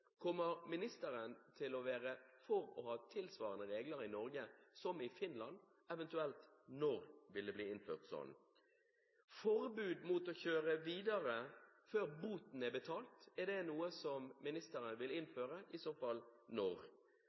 Kommer ministeren til å være for å ha regler i Norge tilsvarende dem i Finland? Når vil disse eventuelt bli innført? Forbud mot å kjøre videre før boten er betalt – er det noe som ministeren vil innføre, og i så fall når?